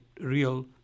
real